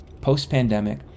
Post-pandemic